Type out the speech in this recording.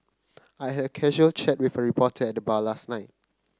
I had a casual chat with a reporter at the bar last night